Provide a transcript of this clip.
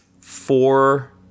four